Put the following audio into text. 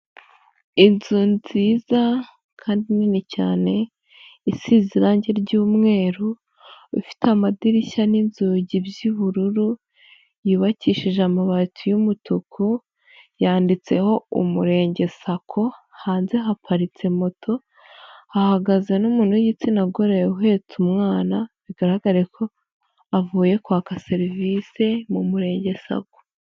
Inzu nziza kandi nini cyane, isize irangi ry'umweru bifite amadirishya n'inzugi by'ubururu, yubakishije amabati y'umutuku yanditseho umurenge Sacco, hanze haparitse moto hahagaze n'umuntu w'igitsina gore uhetse umwana, bigaragare ko avuye kwaka serivisi mu murenge Sacco.